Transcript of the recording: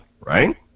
Right